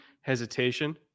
hesitation –